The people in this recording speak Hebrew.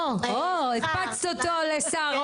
איך הקפצת אותו לשר?